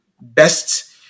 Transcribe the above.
best